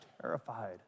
terrified